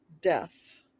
death